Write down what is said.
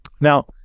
Now